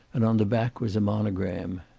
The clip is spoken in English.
and on the back was a monogram.